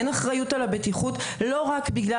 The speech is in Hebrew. אין אחריות על הבטיחות לא רק בגלל